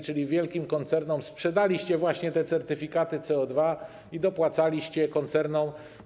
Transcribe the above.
Czyli wielkim koncernom sprzedaliście właśnie certyfikaty CO2 i dopłacaliście koncernom.